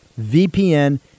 VPN